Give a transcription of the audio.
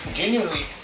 genuinely